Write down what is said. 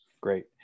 Great